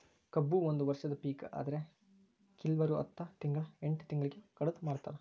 ಕಬ್ಬು ಒಂದ ವರ್ಷದ ಪಿಕ ಆದ್ರೆ ಕಿಲ್ವರು ಹತ್ತ ತಿಂಗ್ಳಾ ಎಂಟ್ ತಿಂಗ್ಳಿಗೆ ಕಡದ ಮಾರ್ತಾರ್